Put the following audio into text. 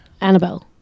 Annabelle